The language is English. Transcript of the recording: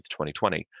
2020